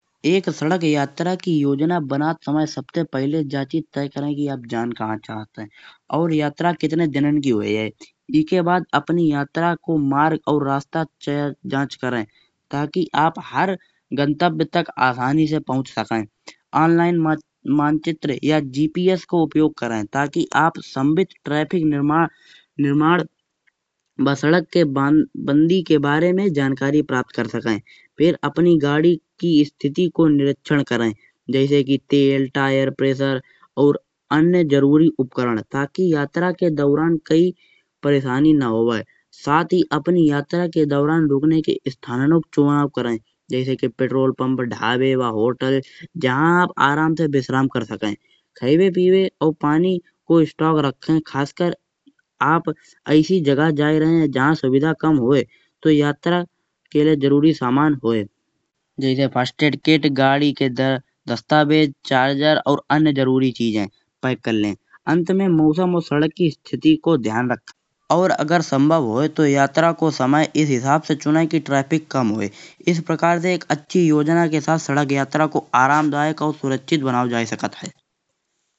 एक सड़क यात्रा की योजना बनत समय सबसे पहिले जा चीज़ तय करे कि आप जान कहा चाहत है अउर यात्रा कितने दिनन की होए। एखे बाद अपनी यात्रा को मार्ग अउर रस्ता जाँच करे ताकि आप हर गंतव्य तक आसानी से पहुँच सके। ऑनलाइन मानचित्र या GPS को उपयोग करे ताकि आप सम्भावित ट्रैफिक या निर्माण वा सड़क के बंदी के बारे में जानकारी प्राप्त कर सके। फिर अपनी गाड़ी की स्थिति को निरीक्षण करे जैसे कि तेल टायर प्रेशर अउर आन्या जरूरी उपकरण ताकि यात्रा के दौरान कहीं परेशानी न होवे। साथ ही अपनी यात्रा के दौरान रुकने के स्थानन को चुनाव करे जैसे कि पेट्रोल पंप, धाबे वा होटल जहाँ आप आराम से विश्राम कर सके। खाइबे पीवे पानी को स्टॉक रखे खासकर आप ऐसी जगह जा रहे है। जहाँ सुविधा कम होए तो यात्रा के लिए जरूरी सामान होए। जैसे फर्स्ट ऐड किट गाड़ी के दस्तावेज चार्जर अउर आन्या जरूरी चीजे पैक करले। अंत में मौसम अउर सड़क की स्थिति को ध्यान रखे अउर अगर संभव होए तो यात्रा को समय इस हिसाब से चुने कि ट्रैफिक कम होए। इस प्रकार से सड़क यात्रा को आराम दायक अउर सुरक्षित बनाओ जा सकत है।